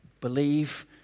believe